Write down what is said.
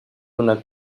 una